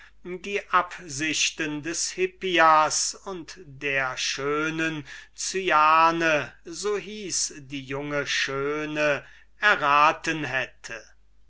die absichten des hippias und der schönen cyana so hieß das junge frauenzimmer erraten hätte